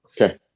Okay